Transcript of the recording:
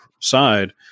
side